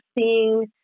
seeing